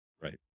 Right